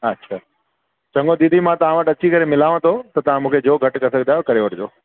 अच्छा चङो दीदी मां तव्हां वटि अची करे मिलाव थो त तव्हां मूंखे जो घटि करे सघंदा आयो करे वठिजो